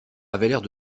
avaient